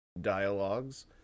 dialogues